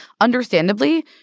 Understandably